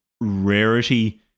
rarity